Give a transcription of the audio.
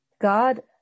God